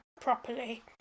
properly